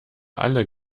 alle